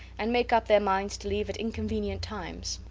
and make up their minds to leave at inconvenient times.